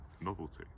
novelty